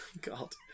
God